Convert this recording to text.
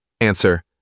Answer